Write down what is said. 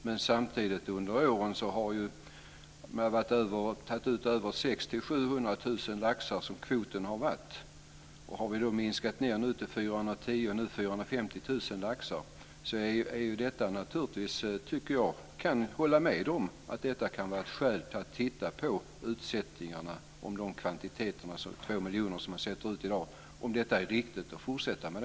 Men när man under åren har minskat uttaget från över 600 000 700 000 laxar, som kvoten har varit, ned till 410 000 och nu 450 000 laxar kan jag hålla med om att det kan vara ett skäl att titta på utsättningarna och se om de två miljoner som man sätter ut i dag är en riktig kvantitet att fortsätta med.